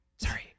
Sorry